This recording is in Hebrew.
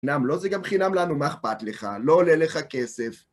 חינם לו זה גם חינם לנו, מה אכפת לך? לא עולה לך כסף.